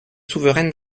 souverain